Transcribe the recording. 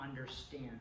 understand